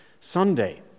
Sunday